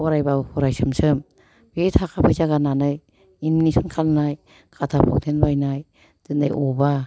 फरायबाबो फरायसोम सोम बे थाखा फैसा गारनानै एडमिसन खालामनाय खाथा पावथेन बायनाय दिनै अबावबा